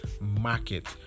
market